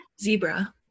Zebra